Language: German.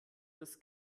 des